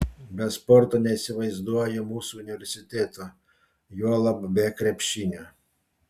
be sporto neįsivaizduoju mūsų universiteto juolab be krepšinio